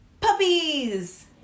puppies